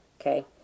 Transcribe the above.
Okay